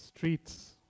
streets